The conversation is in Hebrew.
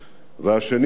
והשני,